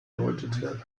deutete